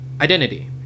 identity